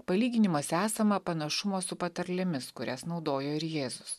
palyginimas esama panašumo su patarlėmis kurias naudojo ir jėzus